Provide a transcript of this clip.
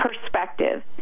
perspective